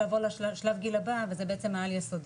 אז אני רוצה בדיוק לעבור לשלב גיל הבא וזה בעצם היסודי,